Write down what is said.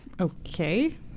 okay